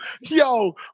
yo